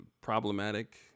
problematic